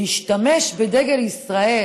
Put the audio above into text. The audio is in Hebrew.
להשתמש בדגל ישראל